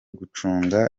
gucunga